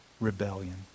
rebellion